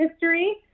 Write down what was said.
history